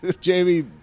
Jamie